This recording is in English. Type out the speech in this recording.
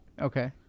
Okay